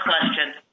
question